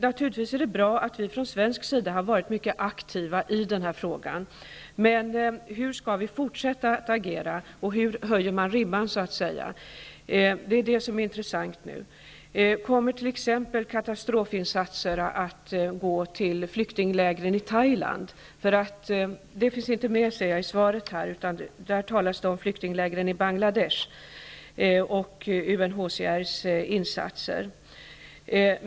Naturligtvis är det bra att vi från svensk sida har varit mycket aktiva i den här frågan, men hur skall vi fortsätta att agera, och hur höjer man så att säga ribban? Det är det som nu är intressant. Kommer t.ex. katastrofinsatser att gå till flyktinglägren i Thailand? Jag ser att detta inte finns med i svaret, utan där talas det om flyktinglägren i Bangladesh och UNHCR:s insatser.